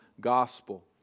gospel